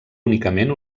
únicament